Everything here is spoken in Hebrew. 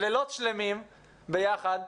לילות שלמים ביחד.